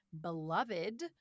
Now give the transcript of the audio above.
Beloved